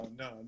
no